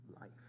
life